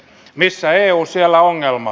missä eu siellä ongelma